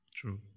True